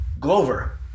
Glover